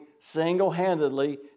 single-handedly